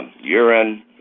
urine